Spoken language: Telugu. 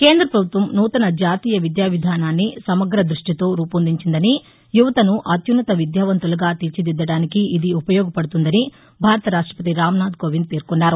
కేంద్ర ప్రభుత్వం నూతన జాతీయ విద్యా విధానాన్నిసమగ్ర ద్బష్టితో రూపొందించిందని యువతను అత్యున్నత విద్యావంతులుగా తీర్చిదిద్దటానికి ఇది ఉపయోగపడుతుందని భారత రాష్టపతి రామ్ నాథ్ కోవింద్ పేర్కొన్నారు